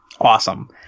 awesome